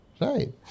right